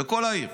בכל העיר,